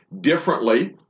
differently